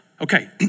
okay